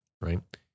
Right